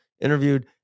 interviewed